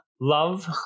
love